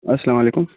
السلام علیکم